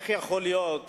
איך יכול להיות